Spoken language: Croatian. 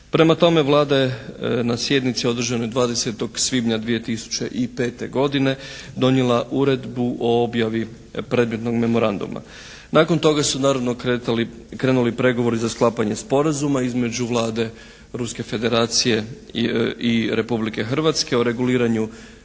Prema tome, Vlada je na sjednici održanoj 20. svibnja 2005. godine donijela Uredbu o objavi predmetnog memoranduma. Nakon toga su naravno krenuli pregovori za sklapanje sporazuma između Vlade Ruske Federacije i Republike Hrvatske o reguliranju